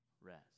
Rest